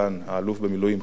השר